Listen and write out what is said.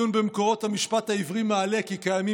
עיון במקורות המשפט העברי מעלה כי קיימים